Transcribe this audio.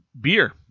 beer